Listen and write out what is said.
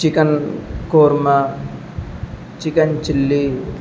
chicken korma chicken چلی